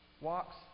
walks